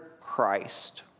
Christ